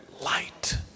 light